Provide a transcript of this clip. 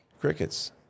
crickets